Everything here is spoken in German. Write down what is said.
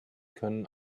können